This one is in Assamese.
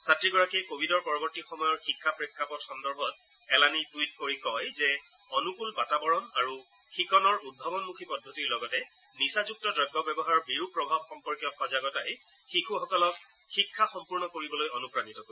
ছাত্ৰীগৰাকীয়ে কভিডৰ পৰৱৰ্তী সময়ৰ শিক্ষা প্ৰেক্ষাপট সন্দৰ্ভত এলানি টুইট কৰি কয় যে অনুকুল বাতাবৰণ আৰু শিকনৰ উদ্ভাৱনমুখী পদ্ধতিৰ লগতে নিচাযুক্ত দ্ৰব্য ব্যৱহাৰৰ বিৰূপ প্ৰভাৱ সম্পৰ্কীয় সজাগতাই শিশুসকলক শিক্ষা সম্পূৰ্ণ কৰিবলৈ অনুপ্ৰাণিত কৰিব